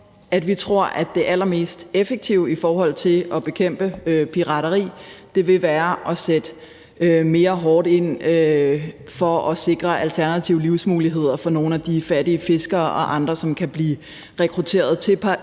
vi tror, at det allermest effektive i forhold til at bekæmpe pirateri vil være at sætte mere hårdt ind for at sikre alternative livsmuligheder for nogle af de fattige fiskere og andre, som kan blive rekrutteret til